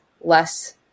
less